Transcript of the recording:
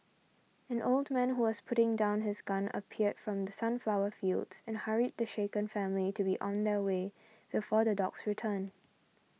an old man who was putting down his gun appeared from the sunflower fields and hurried the shaken family to be on their way before the dogs return